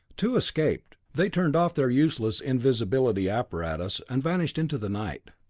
two escaped. they turned off their useless invisibility apparatus and vanished into the night.